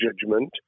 judgment